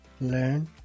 learn